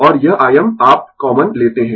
और यह Im आप कॉमन लेते है